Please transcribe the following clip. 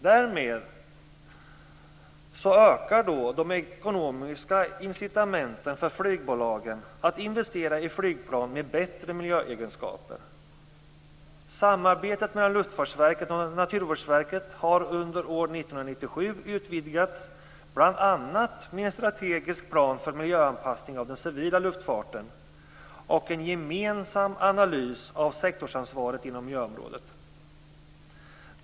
Därmed ökar de ekonomiska incitamenten för flygbolagen att investera i flygplan med bättre miljöegenskaper. Samarbetet mellan Luftfartsverket och Naturvårdsverket har under år 1997 utvidgats, bl.a. med en strategisk plan för miljöanpassning av den civila luftfarten och en gemensam analys av sektorsansvaret inom miljöområdet.